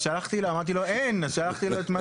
אז שלחתי לו, אמרתי לו "אין", אז שלחתי לו.